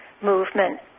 movement